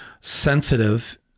sensitive